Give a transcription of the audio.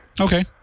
Okay